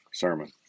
sermon